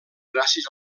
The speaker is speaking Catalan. gràcies